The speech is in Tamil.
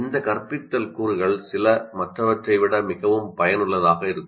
இந்த கற்பித்தல் கூறுகள் சில மற்றவற்றை விட மிகவும் பயனுள்ளதாக இருக்கும்